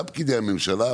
גם פקידי הממשלה,